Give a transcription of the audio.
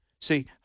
See